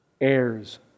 heirs